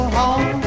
home